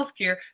healthcare